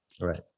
right